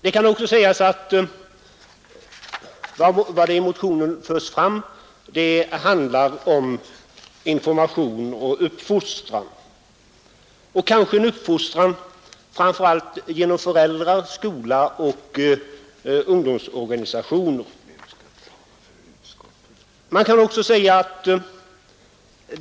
Det kan också sägas att motionen handlar om information och uppfostran, kanske en uppfostran framför allt genom föräldrar, skola och ungdomsorganisationer.